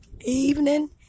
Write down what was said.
evening